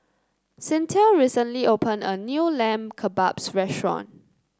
Cyntha recently opened a new Lamb Kebabs restaurant